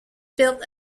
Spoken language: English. built